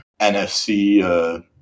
NFC